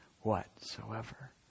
whatsoever